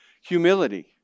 Humility